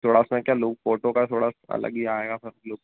थोड़ा सा क्या लुक फ़ोटो का थोड़ा अलग ही आएगा फ़स्ट लुक